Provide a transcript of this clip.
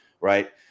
right